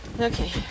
Okay